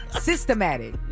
systematic